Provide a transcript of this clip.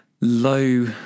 Low